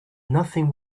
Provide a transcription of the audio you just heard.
nothing